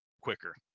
quicker